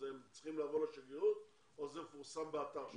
הם צריכים לבוא לשגרירות או שזה מפורסם באתר שלכם?